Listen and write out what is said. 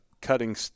cutting